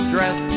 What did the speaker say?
Dress